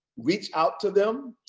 reach out to them,